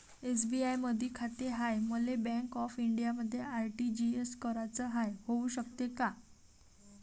SBI मधी खाते हाय, मले बँक ऑफ इंडियामध्ये आर.टी.जी.एस कराच हाय, होऊ शकते का?